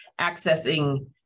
accessing